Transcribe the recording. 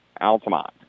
Altamont